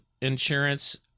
insurance